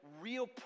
real